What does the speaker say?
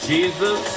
Jesus